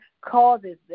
causes